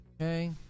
Okay